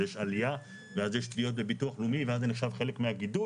אז יש עלייה ואז יש תביעות בביטוח לאומי ואז זה נחשב חלק מהגידול.